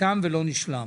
תם ולא נשלם.